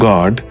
God